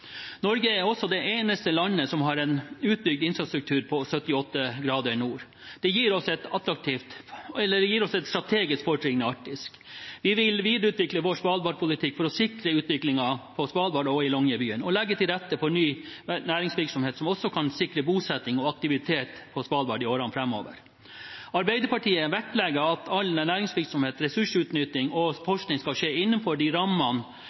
Norge er også det eneste landet som har en utbygd infrastruktur på 78 grader nord. Det gir oss et strategisk fortrinn i Arktis. Vi vil videreutvikle vår svalbardpolitikk for å sikre utviklingen på Svalbard og i Longyearbyen og legge til rette for ny næringsvirksomhet som også kan sikre bosetting og aktivitet på Svalbard i årene framover. Arbeiderpartiet vektlegger at all næringsvirksomhet, ressursutnytting og forskning skal skje innenfor de rammene